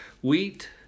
wheat